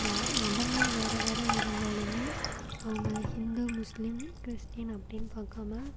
ம மதங்கள் வேறு வேறு இருந்தாலுமே அவங்க ஹிந்து முஸ்லீம் கிறிஸ்ட்டின் அப்படின் பாக்காமல்